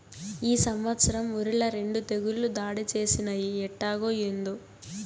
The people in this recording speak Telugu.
ఈ సంవత్సరం ఒరిల రెండు తెగుళ్ళు దాడి చేసినయ్యి ఎట్టాగో, ఏందో